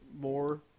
more